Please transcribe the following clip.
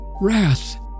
wrath